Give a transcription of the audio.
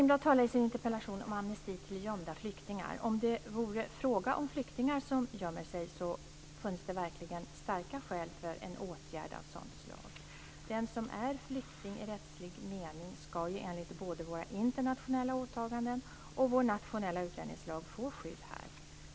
"amnesti till gömda flyktingar". Om det vore fråga om flyktingar som gömmer sig funnes det verkligen starka skäl för en åtgärd av sådant slag. Den som är flykting - i rättslig mening - ska ju enligt både våra internationella åtaganden och vår nationella utlänningslag få skydd här.